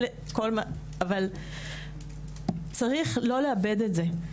אבל צריך לא לאבד את זה,